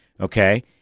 okay